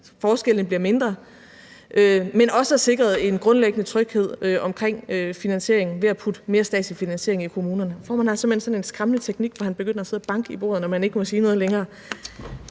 forskellene bliver mindre, men også har sikret en grundlæggende tryghed omkring finansieringen ved at putte mere statslig finansiering i kommunerne. Formanden har simpelt hen sådan en skræmmende teknik, hvor han begynder at sidde og banke i bordet, når man ikke må sige noget længere!